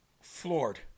floored